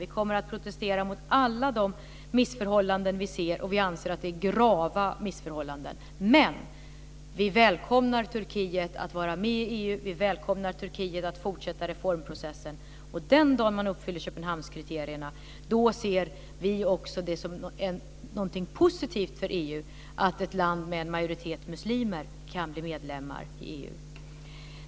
Vi kommer att protestera mot alla de missförhållanden som vi ser, och vi anser att det är grava missförhållanden. Men vi välkomnar Turkiet att vara med i EU, vi välkomnar Turkiet att fortsätta reformprocessen. Den dag man uppfyller Köpenhamnskriterierna ser vi också det som någonting positivt för EU att ett land med en majoritet av muslimer kan bli medlem i EU.